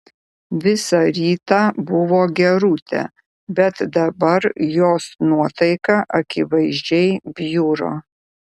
visą rytą buvo gerutė bet dabar jos nuotaika akivaizdžiai bjuro